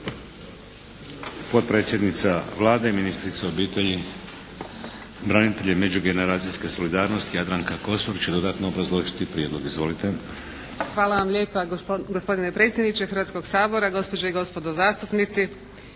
Hvala vam lijepa. Gospodine predsjedniče Hrvatskoga sabora, gospođe i gospodo zastupnici.